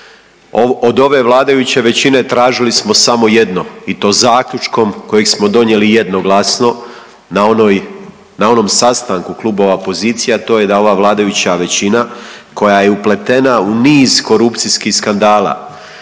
Od ove vladajuće većine tražili smo samo jedno i to zaključkom kojeg smo donijeli jednoglasno na onoj, na onom sastanku klubova opozicija, a to je da ova vladajuća većina koja je upletena u niz korupcijskih skandala,